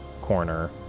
corner